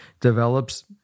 develops